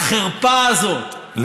החרפה הזאת,